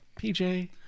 PJ